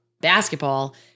basketball